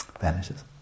vanishes